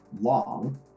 long